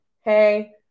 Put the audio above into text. hey